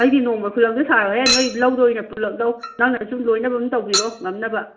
ꯑꯩꯗꯤ ꯅꯣꯡꯃꯩ ꯈꯨꯂꯪꯗꯣ ꯁꯥꯔꯣꯏꯍꯦ ꯅꯣꯏ ꯂꯧꯗꯣ ꯑꯣꯏꯅ ꯄꯨꯂꯞ ꯂꯧ ꯅꯪꯅꯁꯨ ꯂꯣꯏꯅꯕ ꯑꯗꯨꯝ ꯇꯧꯕꯤꯔꯣ ꯉꯝꯅꯕ